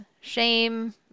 shame